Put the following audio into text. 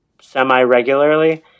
semi-regularly